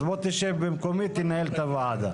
אז בוא תשב במקומי תנהל את הוועדה.